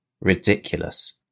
ridiculous